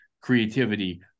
creativity